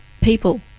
people